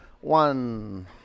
one